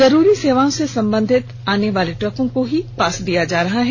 जरूरी सेवाओं से संबंधित आने जाने वाले ट्रकों को ही पास दिया जा रहा है